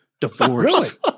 Divorce